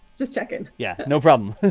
just checking. yeah, no problem.